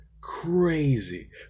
crazy